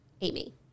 Amy